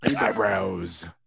Eyebrows